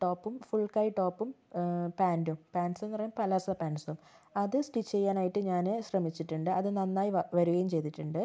ടോപ്പും ഫുള് കൈ ടോപ്പും പാന്റും പാന്സ് എന്ന് പറയുമ്പോൾ പലോസോ പാന്സും അത് സ്റ്റിച്ച് ചെയ്യാനായിട്ട് ഞാൻ ശ്രമിച്ചിട്ടുണ്ട് അത് നന്നായി വ വരികയും ചെയ്തിട്ടുണ്ട്